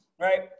Right